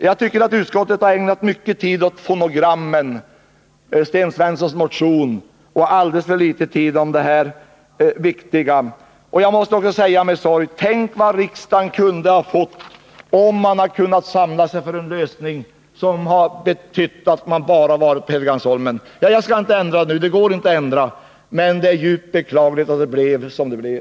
Jag tycker att utskottet har ägnat mycken tid åt Sten Svenssons motion om fonograminspelningar och alldeles för liten tid åt denna viktiga fråga. Jag måste också säga med sorg: Tänk vad riksdagen kunde ha fått om man hade kunnat samla sig kring en lösning som betytt att riksdagen endast skulle ha lokaler på Helgeandsholmen. Jag skall inte försöka få någon ändring till stånd nu. Det går inte att ändra något nu. Men det är djupt beklagligt att det blev som det blev.